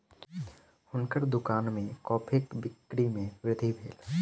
हुनकर दुकान में कॉफ़ीक बिक्री में वृद्धि भेल